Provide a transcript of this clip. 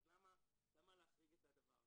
אז למה להחריג את הדבר?